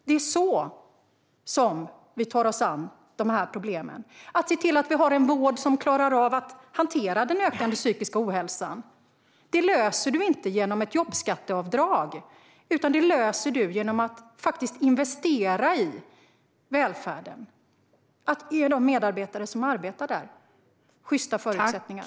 Det är så vi tar oss an dessa problem: genom att se till att vi har en vård som klarar av att hantera den ökade psykiska ohälsan. Det löser du inte genom ett jobbskatteavdrag utan genom att faktiskt investera i välfärden och ge dem som arbetar där sjysta förutsättningar.